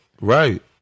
Right